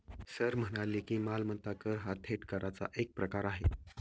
sir म्हणाले की, मालमत्ता कर हा थेट कराचा एक प्रकार आहे